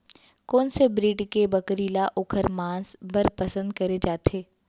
कोन से ब्रीड के बकरी ला ओखर माँस बर पसंद करे जाथे?